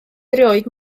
erioed